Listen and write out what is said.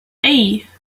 hey